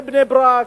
בבני-ברק,